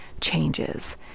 changes